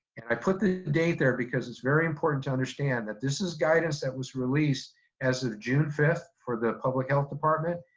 and i put the date there because it's very important to understand that this is guidance that was released as of june fifth for the public health department,